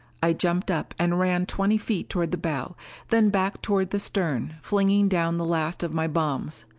i jumped up and ran twenty feet toward the bow then back toward the stern, flinging down the last of my bombs.